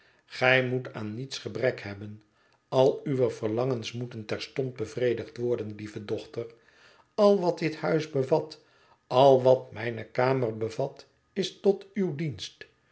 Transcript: gij moet aan niets gebrek hebben al uwe verlangens moeten terstond bevredigd worden lieve dochter al wat dit huis bevat al wat mijne kamer bevat is tot uw dienst